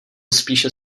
spíše